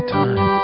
time